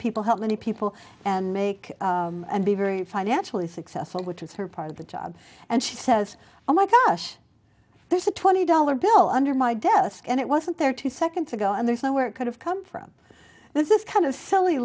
people help many people and make and be very financially successful which is her part of the job and she says oh my gosh there's a twenty dollar bill under my desk and it wasn't there two seconds ago and there's no where it could've come from this is kind of silly